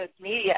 Media